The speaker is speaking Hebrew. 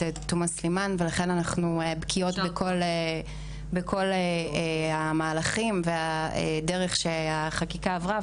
תומא סלימאן ולכן אנחנו בקיאות בכל המהלכים והדרך שהחקיקה עברה.